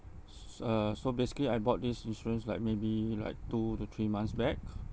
uh so basically I bought this insurance like maybe like two to three months back